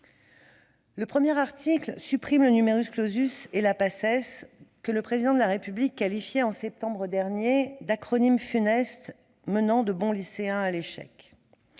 Le premier article du texte supprime le et la Paces, que le Président de la République qualifiait, en septembre dernier, d'« acronyme funeste menant de bons lycéens à l'échec